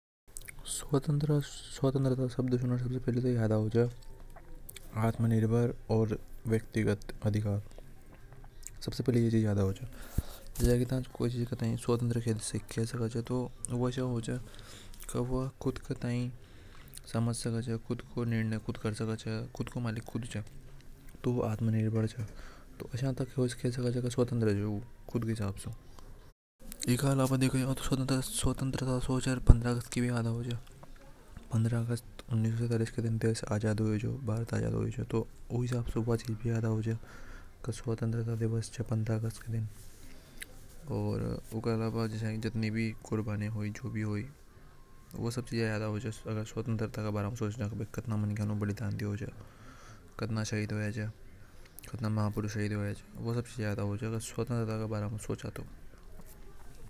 स्वतंत्रता शब्द सुनकर सबसे पहली तो या याद आवे की स्वतंत्र आत्मनिर्भर व्यक्तिगत अधिकार सबसे पहली या चीज याद आवे च जैसे कि था स्वतंत्र ये समझ सके से खुद का मालिक खुद च खुद को समझ सके च तो वो आत्मनिर्भर हे तो उसे समझ सके च एके अलावा। सोचे तो स्वतंत्रता सोच पंद्रह अगस्त की भी याद आवे च पंद्रह अगस्त उन्नीस सौ सेतालिस को देश आजाद। होया च ऊके अलावा जाती भी कुर्बानियां हुई की कटरा मानकीय ने बलिदान दियो च शहीद होया च कटरा महापुरुष शाहिद होया छुए अब याद आवे च अगर स्वतंत्रता के बारे में सोचा तो।